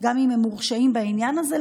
גם אם מורשעים בעניין הזה,